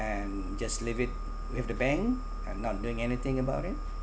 and just leave it with the bank and not doing anything about it